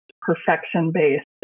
perfection-based